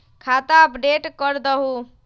खाता अपडेट करदहु?